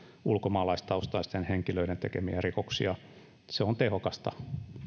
ulkomaalaistaustaisten henkilöiden tekemiä rikoksia se on tehokasta